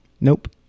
Nope